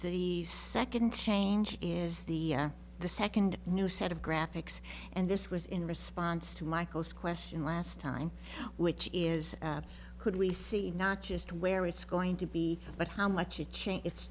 the second change is the the second new set of graphics and this was in response to michael's question last time which is could we see not just where it's going to be but how much